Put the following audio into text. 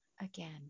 Again